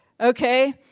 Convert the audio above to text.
Okay